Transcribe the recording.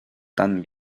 tan